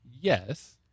yes